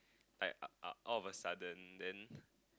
like uh uh all of a sudden then